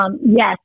Yes